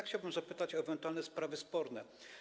Chciałbym zapytać o ewentualne sprawy sporne.